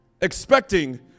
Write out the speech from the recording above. Expecting